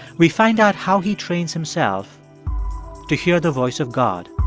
we find out how he trains himself to hear the voice of god